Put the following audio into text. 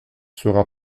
sera